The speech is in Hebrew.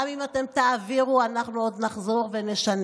גם אם אתם תעבירו, אנחנו עוד נחזור ונשנה.